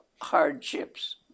hardships